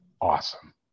awesome